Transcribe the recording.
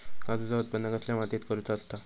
काजूचा उत्त्पन कसल्या मातीत करुचा असता?